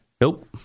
Nope